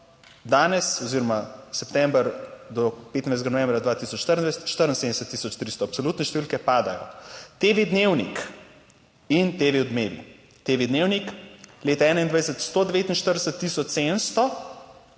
danes oziroma september do 25. novembra 2024 74 tisoč 300, absolutne številke padajo. TV Dnevnik in TV Odmevi, TV dnevnik leta 2021 149